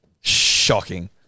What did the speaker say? Shocking